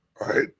right